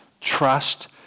trust